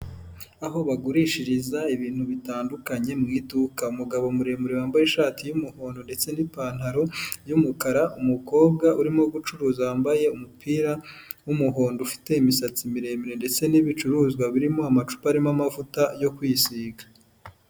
Aho bagurishiriza ibintu bitandukanye mu iduka. Umugabo muremure wambaye ishati y'umuhondo ndetse n'ipantaro y'umukara, umukobwa urimo gucuruza wambaye umupira w'umuhondo, ufite imisatsi miremire ndetse n'ibicuruzwa birimo amacupa arimo amavuta yo kwisiga.